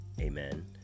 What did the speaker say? Amen